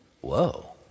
Whoa